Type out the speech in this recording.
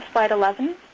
slide eleven